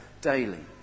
daily